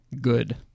good